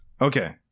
okay